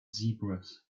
zebras